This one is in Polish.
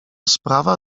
sprawa